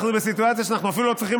אנחנו בסיטואציה שאנחנו אפילו לא צריכים